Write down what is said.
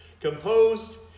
composed